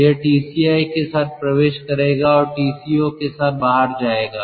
तो यह Tci के साथ प्रवेश करेगा और Tco के साथ बाहर जाएगा